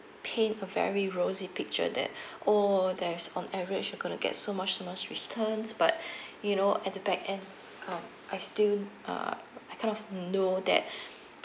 paint a very rosy picture that oh that's on average you gonna get so much so much returns but you know at the back end um I still err I kind of know that